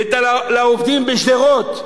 ולעובדים בשדרות,